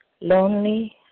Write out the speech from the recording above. lonely